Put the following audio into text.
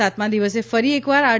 સાતમા દિવસે ફરી એકવાર આર